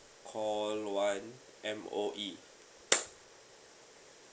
all one M_O_E